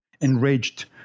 enraged